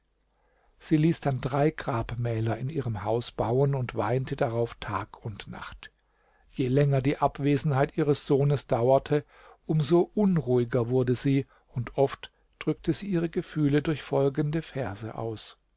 sie ließ dann drei grabmäler in ihrem haus bauen und weinte darauf tag und nacht je länger die abwesenheit ihres sohnes dauerte um so unruhiger wurde sie und oft drückte sie ihre gefühle durch folgende verse aus